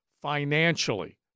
financially